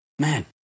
Man